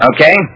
Okay